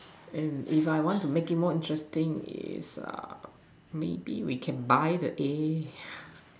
and if I want to make it more interesting is uh maybe we can buy the A